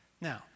Now